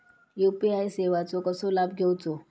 UPI सेवाचो कसो लाभ घेवचो?